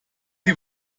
die